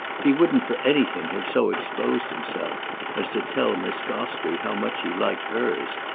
he wouldn't for anything have so exposed himself as to tell miss gostrey how much he liked hers,